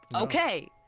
okay